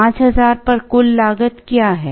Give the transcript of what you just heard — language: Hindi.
5000 पर कुल लागत क्या है